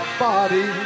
body